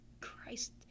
Christ